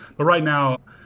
but right now,